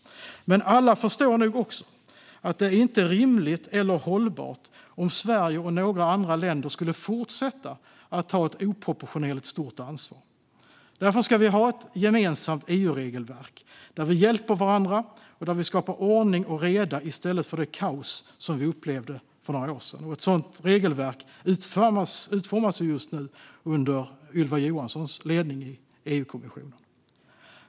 Men alla förstår nog att det inte är rimligt eller hållbart om Sverige och några andra länder skulle fortsätta att ta ett oproportionerligt stort ansvar. Därför ska vi ha ett gemensamt EU-regelverk där vi hjälper varandra och där vi skapar ordning och reda i stället för det kaos som vi upplevde för några år sedan. Ett sådant regelverk utformas just nu under Ylva Johanssons ledning i EU-kommissionen.